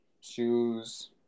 shoes